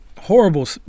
horrible